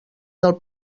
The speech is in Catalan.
del